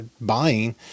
buying